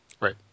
right